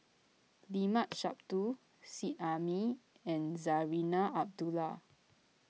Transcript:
Limat Sabtu Seet Ai Mee and Zarinah Abdullah